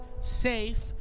safe